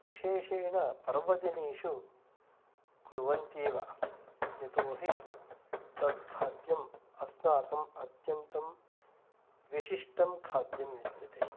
विशेषेण पर्वदिनेषु कुर्वन्ति एव यतोहि तत् खाद्यम् अस्माकं अत्यन्तं विशिष्टं खाद्यं विद्यते